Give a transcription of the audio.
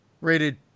rated